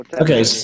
Okay